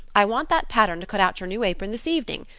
i want that pattern to cut out your new apron this evening.